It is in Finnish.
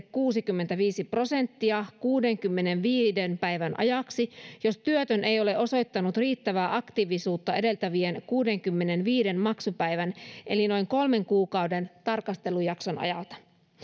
kuusikymmentäviisi prosenttia kuudenkymmenenviiden päivän ajaksi jos työtön ei ole osoittanut riittävää aktiivisuutta edeltävien kuudenkymmenenviiden maksupäivän eli noin kolmen kuukauden tarkastelujakson ajalta